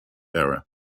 era